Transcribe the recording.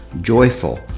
joyful